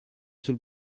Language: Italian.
sul